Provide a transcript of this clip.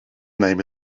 name